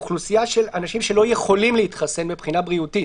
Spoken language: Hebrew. האוכלוסייה של אנשים שלא יכולים להתחסן מבחינה בריאותית.